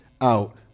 out